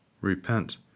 Repent